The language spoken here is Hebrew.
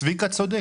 צביקה צודק.